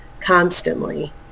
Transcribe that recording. constantly